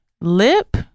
lip